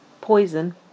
poison